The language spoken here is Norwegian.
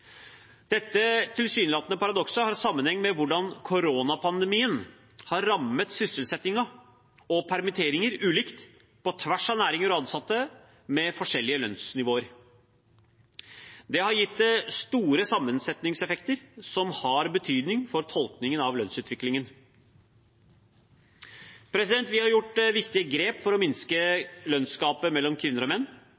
Dette tilsynelatende paradokset har sammenheng med hvordan koronapandemien har rammet sysselsetting og permitteringer ulikt på tvers av næringer og ansatte med forskjellige lønnsnivåer. Det har gitt store sammensetningseffekter som har betydning for tolkningen av lønnsutviklingen. Vi har gjort viktige grep for å minske